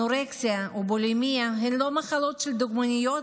אנורקסיה ובולימיה הן לא מחלות של דוגמניות